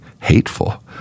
hateful